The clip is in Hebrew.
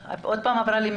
אנחנו קודם כול רוצים לדבר על